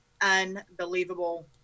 unbelievable